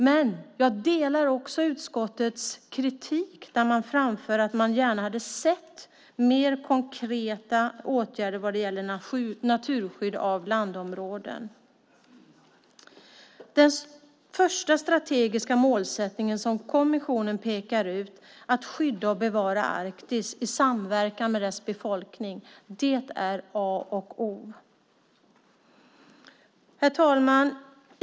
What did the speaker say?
Men jag delar också utskottets kritik där man framför att man gärna hade sett mer konkreta åtgärder vad gäller naturskydd av landområden. Den första strategiska målsättningen som kommissionen pekar ut - att skydda och bevara Arktis i samverkan med dess befolkning - är A och O. Herr talman!